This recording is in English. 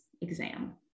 exam